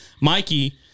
Mikey